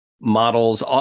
models